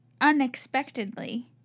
unexpectedly